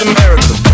America